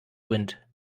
wind